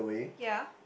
ya